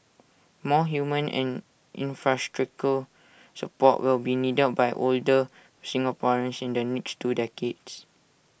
more human and infrastructural support will be needed by older Singaporeans in the next two decades